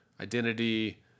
identity